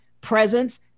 presence